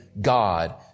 God